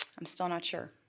i'm still not sure,